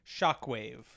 shockwave